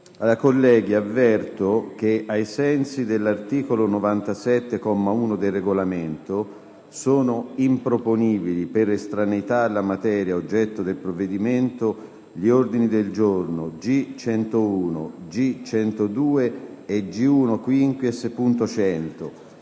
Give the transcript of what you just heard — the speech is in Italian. i colleghi che, ai sensi dell'articolo 97, comma 1, del Regolamento, sono improponibili, per estraneità alla materia oggetto del provvedimento, gli ordini del giorno G101, G102 e